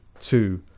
two